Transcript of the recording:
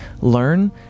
learn